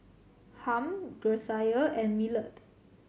Harm Grecia and Millard